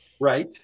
Right